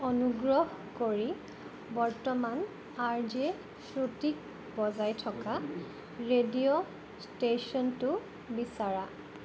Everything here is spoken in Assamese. অনুগ্ৰহ কৰি বৰ্তমান আৰ জে শ্ৰুটিক বজাই থকা ৰেডিঅ' ষ্টেশ্যনটো বিচাৰা